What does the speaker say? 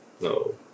no